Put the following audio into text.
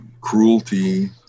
cruelty